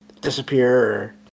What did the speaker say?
disappear